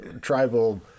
tribal